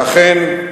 ואכן,